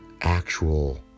actual